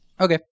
Okay